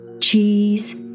Cheese